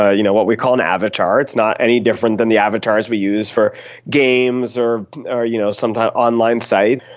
ah you know what we call an avatar. it's not any different than the avatars we use for games or or you know some online site.